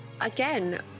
again